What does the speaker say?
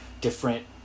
different